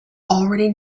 already